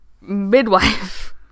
midwife